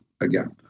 again